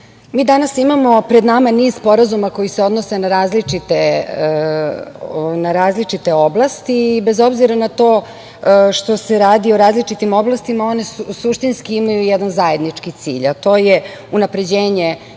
mi danas imamo pred nama niz sporazuma koji se odnose na različite oblasti. Bez obzira na to što se radi o različitim oblastima, one suštinski imaju jedan zajednički cilj, a to je unapređenje